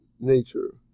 nature